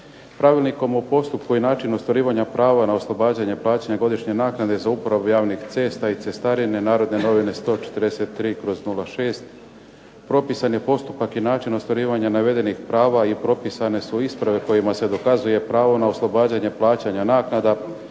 Pravilnikom o postupku i načinu ostvarivanja prava na oslobađanja plaćanja godišnje naknade za uporabu cesta i cestarine Narodne novine broj 143/06. propisan je postupak i način ostvarivanja navedenih prava i propisane su isprave kojima se dokazuje pravo na oslobađanje plaćanje naknada